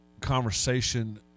conversation